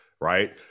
right